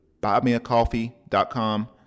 buymeacoffee.com